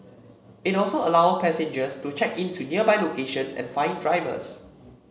it also allow passengers to check in to nearby locations and find drivers